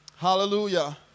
Hallelujah